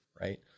Right